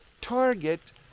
target